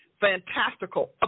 fantastical